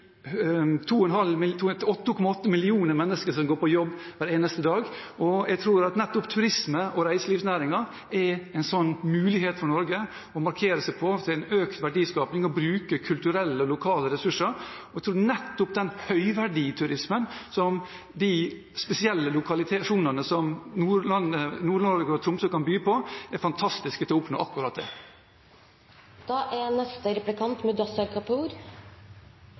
millioner mennesker som går på jobb hver eneste dag. Jeg tror at nettopp turismen og reiselivsnæringen er en mulighet for Norge til å markere seg når det gjelder økt verdiskaping, ved å bruke kulturelle og lokale ressurser. Og jeg tror nettopp den høyverdige turismen som de spesielle lokasjonene – som Nord-Norge og Tromsø – kan by på, er fantastiske når det gjelder å oppnå akkurat det. Da